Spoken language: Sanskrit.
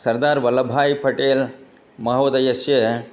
सरदारः वल्लभभाईपटेलमहोदयस्य